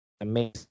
amazing